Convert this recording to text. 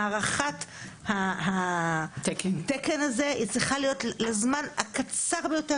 הארכת התקן הזה צריכה להיות לזמן הקצר ביותר